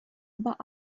but